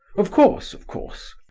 of course, of course!